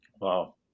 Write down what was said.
Wow